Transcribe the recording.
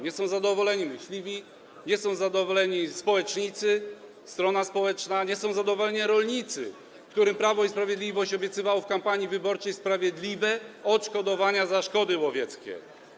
Nie są zadowoleni myśliwi, nie są zadowoleni społecznicy, strona społeczna, nie są zadowoleni rolnicy, którym Prawo i Sprawiedliwość obiecywało w kampanii wyborczej sprawiedliwe odszkodowania za szkody łowieckie.